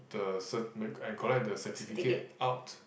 the cert~ and collect the certificate out